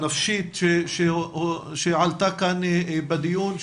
הנפשית שעלתה כאן בדיון,